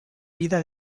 vida